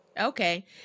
Okay